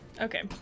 okay